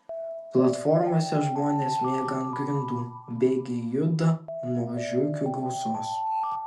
platformose žmonės miega ant grindų bėgiai juda nuo žiurkių gausos